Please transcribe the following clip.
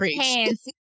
hands